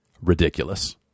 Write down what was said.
ridiculous